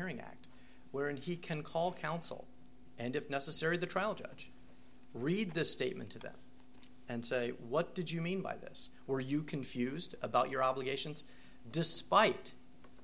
hearing act wherein he can call counsel and if necessary the trial judge read the statement to them and say what did you mean by this were you confused about your obligations despite